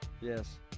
Yes